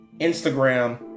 Instagram